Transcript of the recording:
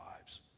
lives